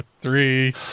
three